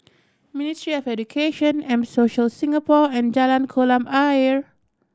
ministry of Education M Social Singapore and Jalan Kolam Ayer